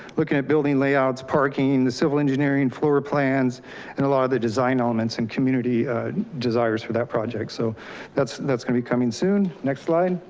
looking at building lay outs, parking, the civil engineering floor plans and a lot of the design elements and community designers for that project. so that's that's gonna be coming soon, next slide.